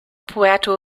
puerto